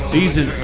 Season